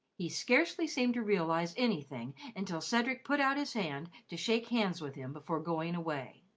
he scarcely seemed to realise anything until cedric put out his hand to shake hands with him before going away.